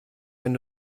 wenn